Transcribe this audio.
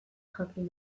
jakin